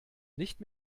nicht